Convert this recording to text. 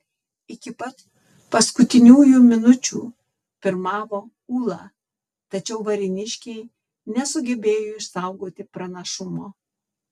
iki pat paskutiniųjų minučių pirmavo ūla tačiau varėniškiai nesugebėjo išsaugoti pranašumo